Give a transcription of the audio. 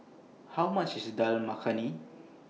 How much IS Dal Makhani